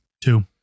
Two